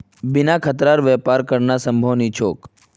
बिना खतरार व्यापार करना संभव नी छोक